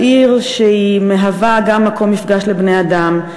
על עיר שמהווה גם מקום מפגש לבני-אדם,